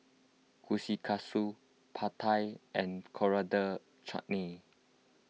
Kushikatsu Pad Thai and Coriander Chutney